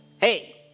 Hey